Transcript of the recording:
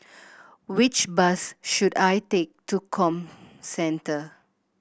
which bus should I take to Comcentre